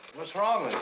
what's wrong with you?